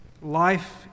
life